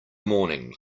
morning